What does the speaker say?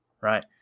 Right